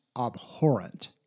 abhorrent